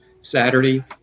Saturday